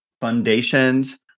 foundations